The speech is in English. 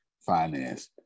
finance